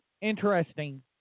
interesting